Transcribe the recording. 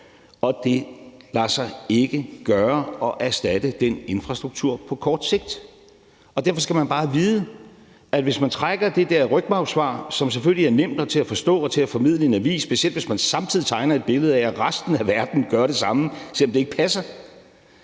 Det lader sig ikke gøre at erstatte den infrastruktur på kort sigt. Derfor skal man bare vide, at hvis man trækker det der rygmarvssvar, som selvfølgelig er nemt, til at forstå og til at formidle i en avis, specielt hvis man samtidig tegner et billede af, at resten af verden gør det samme, selv om det ikke passer,